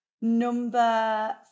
Number